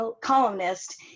columnist